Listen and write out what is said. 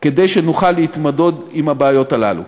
כדי שנוכל להתמודד עם הבעיות הללו.